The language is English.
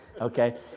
okay